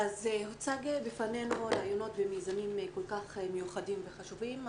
הוצגו בפנינו רעיונות ומיזמים כל כך מיוחדים וחשובים,